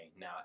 Now